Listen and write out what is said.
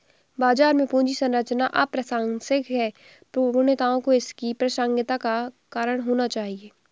बाजार में पूंजी संरचना अप्रासंगिक है, अपूर्णताओं को इसकी प्रासंगिकता का कारण होना चाहिए